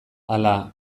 hala